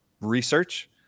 research